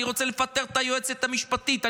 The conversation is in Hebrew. אני רוצה לפטר את היועצת המשפטית,